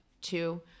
two